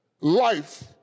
life